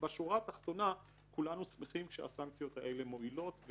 בשורה התחתונה כולנו שמחים שהסנקציות האלה מועילות,